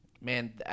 man